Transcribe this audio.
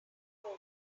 tommy